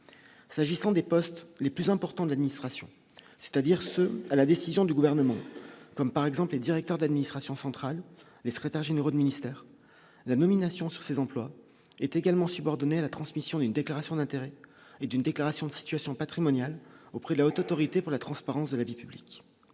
s'agissant des postes les plus importants de l'administration, c'est-à-dire ceux à la décision du gouvernement comme par exemple les directeurs d'administration centrale, les secrétaires généraux de ministères la nomination sur ces emplois est également subordonnée à la transmission d'une déclaration d'intérêts et d'une déclaration de situation patrimoniale auprès de la Haute autorité pour la transparence de la vie publique,